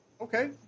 okay